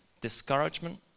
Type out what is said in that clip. discouragement